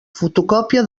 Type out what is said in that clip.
fotocòpia